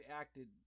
acted